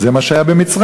זה מה שהיה במצרים.